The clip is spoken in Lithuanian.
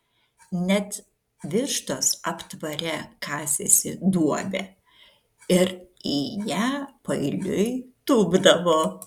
net vištos aptvare kasėsi duobę ir į ją paeiliui tūpdavo